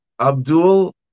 Abdul